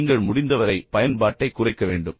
நீங்கள் முடிந்தவரை பயன்பாட்டைக் குறைக்க வேண்டும்